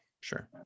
Sure